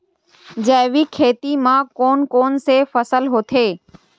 जैविक खेती म कोन कोन से फसल होथे?